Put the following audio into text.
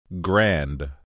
Grand